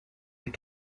eut